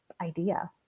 idea